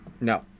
No